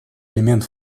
элемент